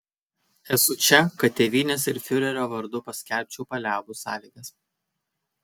esu čia kad tėvynės ir fiurerio vardu paskelbčiau paliaubų sąlygas